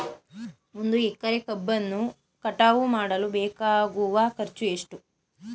ಒಂದು ಎಕರೆ ಕಬ್ಬನ್ನು ಕಟಾವು ಮಾಡಲು ಬೇಕಾಗುವ ಖರ್ಚು ಎಷ್ಟು?